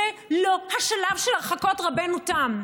זה לא השלב של הרחקות רבנו תם.